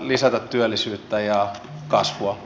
lisätä työllisyyttä ja kasvua